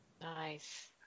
nice